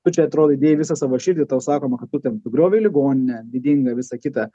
tu čia atrodai dėjai visą savo širdį tau sakoma kad tu ten sugriovei ligoninę didingą visa kita